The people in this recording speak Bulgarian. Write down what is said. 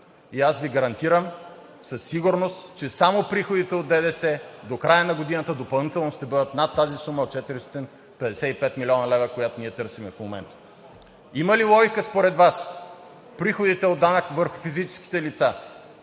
Аз Ви гарантирам със сигурност, че само приходите от ДДС до края на годината допълнително ще бъдат над тази сума от 455 млн. лв., която ние търсим в момента. Има ли логика според Вас приходите от данъка върху физическите лица